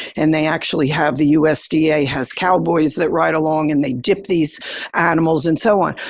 and they actually have the usda yeah has cowboys that ride along and they dip these animals and so on.